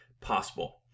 possible